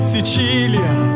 Sicilia